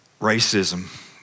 Racism